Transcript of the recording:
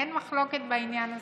אין מחלוקת בעניין הזה.